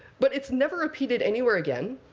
but it's never repeated anywhere again.